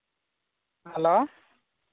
hello